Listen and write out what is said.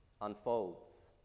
unfolds